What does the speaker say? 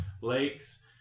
lakes